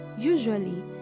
Usually